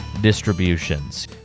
distributions